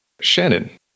Shannon